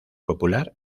popular